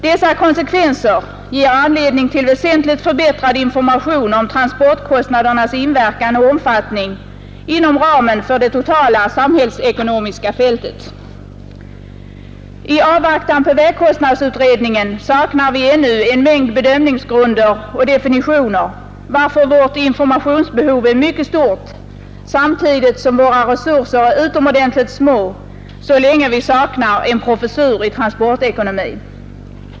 Dessa konsekvenser ger anledning till väsentligt förbättrad information om transportkostnadernas inverkan och omfattning inom den totala samhällsekonomiska ramen. I avvaktan på vägkostnadsutredningen saknar vi ännu en mängd bedömningsgrunder och definitioner, varför vårt informationsbehov är mycket stort samtidigt som våra resurser är utomordentligt små så länge vi saknar en professur i transportekonomi.